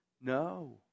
No